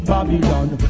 Babylon